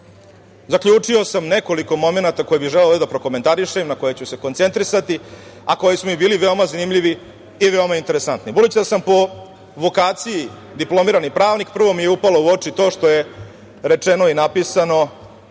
zaključio sam nekoliko momenata koje bih želeo ovde da prokomentarišem i na koje ću se koncentrisati a koji su mi bili veoma zanimljivi i veoma interesantni. Budući da sam po vokaciji diplomirani pravnik, prvo mi je upalo u oči to što je rečeno i napisano